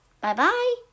bye-bye